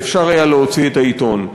ואפשר היה להוציא את העיתון.